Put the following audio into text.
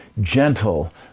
gentle